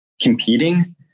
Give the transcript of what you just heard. competing